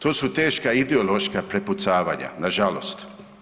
To su teška ideološka prepucavanja, nažalost.